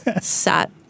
sat